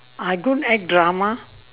I go and act drama